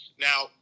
Now